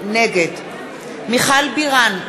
נגד מיכל בירן,